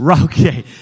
Okay